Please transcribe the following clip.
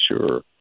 sure